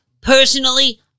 personally